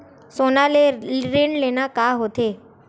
सोना ले ऋण लेना का होथे?